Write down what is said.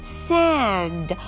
sand